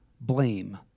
blame